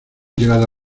llegado